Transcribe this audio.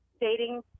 dating